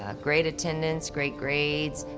ah great attendance, great grades.